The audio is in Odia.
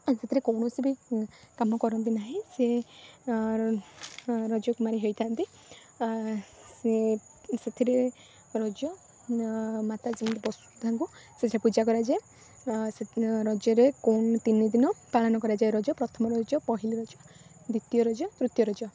ସେଥିରେ କୌଣସି ବି କାମ କରନ୍ତି ନାହିଁ ସେ ରଜ କୁମାରୀ ହେଇଥାନ୍ତି ସେ ସେଥିରେ ରଜ ମାତା ବସୁଧାଙ୍କୁ ସେ ପୂଜା କରାଯାଏ ସେ ରଜରେ ତିନି ଦିନ ପାଳନ କରାଯାଏ ରଜ ପ୍ରଥମ ରଜ ପହିଲି ରଜ ଦ୍ବିତୀୟ ରଜ ତୃତୀୟ ରଜ